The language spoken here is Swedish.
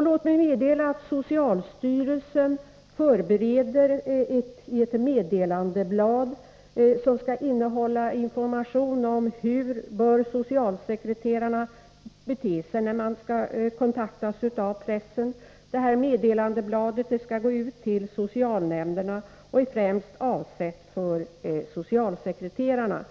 Låt mig meddela att socialstyrelsen förebereder ett meddelandeblad som skall innehålla information om hur socialsekreterarna bör bete sig när de kontaktas av pressen. Det meddelandebladet skall gå ut till socialnämnderna och är avsett främst för socialsekreterarna.